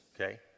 Okay